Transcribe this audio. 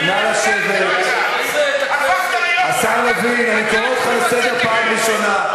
השר לוין, אני קורא אותך לסדר פעם ראשונה.